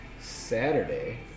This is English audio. Saturday